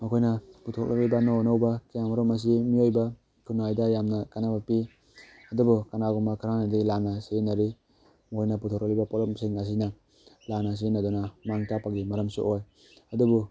ꯃꯈꯣꯏꯅ ꯄꯨꯊꯣꯔꯛꯂꯤꯕ ꯑꯅꯧ ꯑꯅꯧꯕ ꯀꯌꯥ ꯑꯃꯔꯣꯝ ꯑꯁꯤ ꯃꯤꯑꯣꯏꯕ ꯈꯨꯟꯅꯥꯏꯗ ꯌꯥꯝꯅ ꯀꯥꯟꯅꯕ ꯄꯤ ꯑꯗꯨꯕꯨ ꯀꯅꯥꯒꯨꯝꯕ ꯈꯔꯅꯗꯤ ꯂꯥꯟꯅ ꯁꯤꯖꯤꯟꯅꯔꯤ ꯃꯣꯏꯅ ꯄꯨꯊꯣꯔꯛꯂꯤꯕ ꯄꯣꯠꯂꯝꯁꯤꯡ ꯑꯁꯤꯅ ꯂꯥꯟꯅ ꯁꯤꯖꯤꯟꯅꯗꯨꯅ ꯃꯥꯡ ꯇꯥꯛꯄꯒꯤ ꯃꯔꯝꯁꯨ ꯑꯣꯏ ꯑꯗꯨꯕꯨ